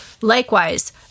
Likewise